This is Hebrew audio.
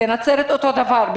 בנצרת אותו דבר.